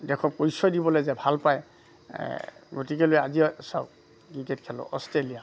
দেশৰ পৰিচয় দিবলে যে ভাল পায় গতিকেলৈ আজি চাওঁক